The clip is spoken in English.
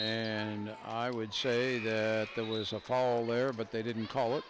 and i would say there was a fall there but they didn't call it